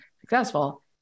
successful